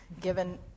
given